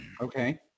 Okay